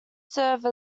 serve